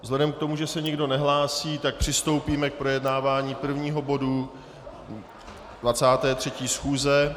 Vzhledem k tomu, že se nikdo nehlásí, tak přistoupíme k projednávání prvního bodu 23. schůze.